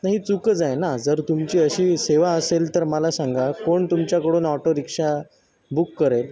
नाही ही चुकच आहे ना जर तुमची अशी सेवा असेल तर मला सांगा कोण तुमच्याकडून ऑटो रिक्षा बुक करेल